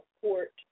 support